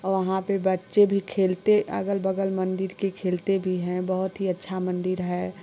और वहाँ पे बच्चे भी खेलते अगल बगल मन्दिर के खेलते भी हैं बहुत ही अच्छा मन्दिर है